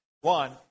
One